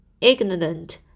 ignorant